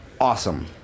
awesome